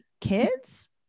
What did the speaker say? kids